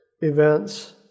events